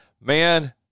man